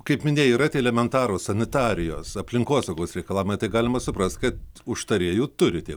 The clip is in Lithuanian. kaip minėjai yra tie elementarūs sanitarijos aplinkosaugos reikalavimai tai galima suprast kad užtarėjų turi tie